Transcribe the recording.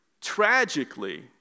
tragically